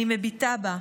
אני מביטה בה,